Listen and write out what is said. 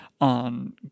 on